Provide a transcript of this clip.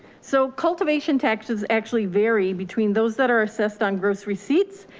so cultivation taxes actually vary between those that are assessed on gross receipts,